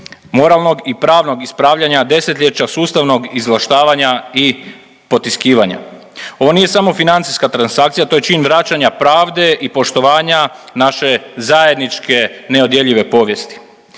moralnog i pravnog ispravljanja desetljeća sustavnog izvlaštavanja i potiskivanja. Ovo nije samo financijska transakcija, to je čin vraćanja pravde i poštovanje naše zajedničke neodjeljive povijesti.